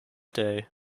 day